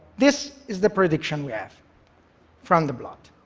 this is the prediction we have from the blood.